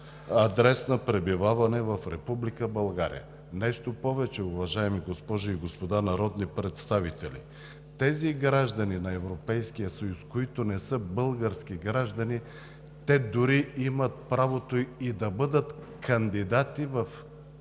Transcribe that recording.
адрес на пребиваване в Република България. Нещо повече, уважаеми госпожи и господа народни представители, тези граждани на Европейския съюз, които не са български граждани, дори имат правото да бъдат кандидати в